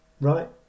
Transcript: right